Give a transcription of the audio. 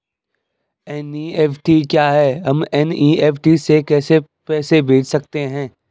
NEFT क्या है हम एन.ई.एफ.टी से कैसे पैसे भेज सकते हैं?